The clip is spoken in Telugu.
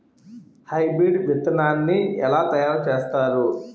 హైబ్రిడ్ విత్తనాన్ని ఏలా తయారు చేస్తారు?